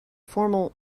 formal